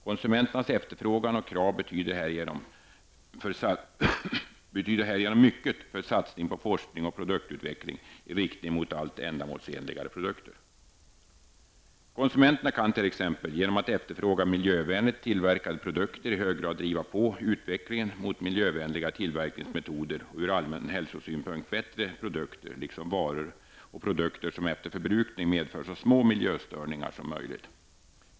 Konsumenternas efterfrågan och krav betyder härigenom mycket för satsning på forskning och produktutveckling i riktning mot allt ändamålsenligare produkter. Konsumenterna kan t.ex. genom att efterfråga miljövänligt tillverkade produkter i hög grad driva på utvecklingen mot miljövänligare tillverkningsmetoder och ur allmän hälsosynpunkt bättre produkter liksom varor och produkter som efter förbrukning medför så små miljöstörningar som möjligt.